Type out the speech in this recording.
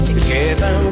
Together